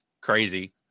crazy